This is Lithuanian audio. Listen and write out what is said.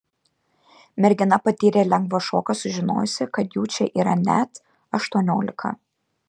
mergina patyrė lengvą šoką sužinojusi kad jų čia yra net aštuoniolika